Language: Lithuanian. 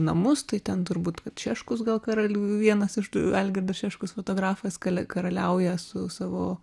namus tai ten turbūt vat šeškus gal karaliu vienas iš tų algirdas šeškus fotografas kalia karaliauja su savo